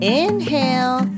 inhale